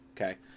okay